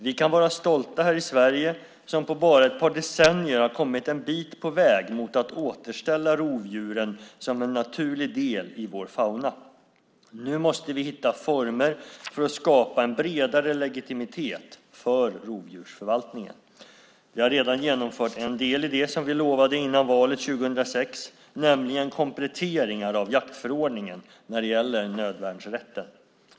Vi kan vara stolta här i Sverige som på bara ett par decennier har kommit en bit på vägen mot att återställa så att rovdjuren är en naturlig del i vår fauna. Nu måste vi hitta former för att skapa en bredare legitimitet för rovdjursförvaltningen. Vi har redan genomfört en del i det som vi lovade före valet 2006, nämligen kompletteringar av jaktförordningen när det gäller nödvärnsrätten.